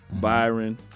Byron